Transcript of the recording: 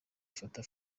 fata